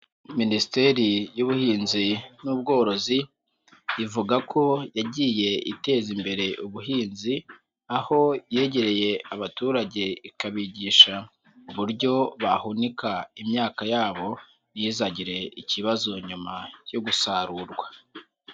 Minisiteri y'Ubuhinzi n'ubworozi ivuga ko yagiye iteza imbere ubuhinzi, aho yegereye abaturage ikabigisha uburyo bahunika imyaka yabo ntizagire ikibazo nyuma yo gusarurwa.